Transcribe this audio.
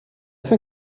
cinq